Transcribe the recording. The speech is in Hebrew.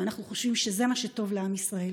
אנחנו חושבים שזה מה שטוב לעם ישראל.